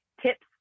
tips